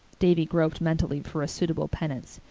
davy groped mentally for a suitable penance.